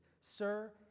Sir